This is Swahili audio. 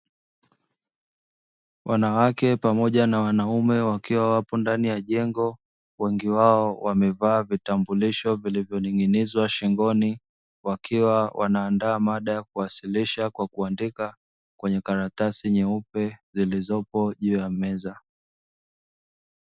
Wanawake pamoja na wanaume, wakiwa wapo ndani ya jengo. Wengi wao wamevaa vitambulisho vilivyoning'inizwa shingoni. Wakiwa wanaaandaa mada ya kuwasilisha kwa kuandika, kwenye karatasi nyeupe zilizopo juu ya meza.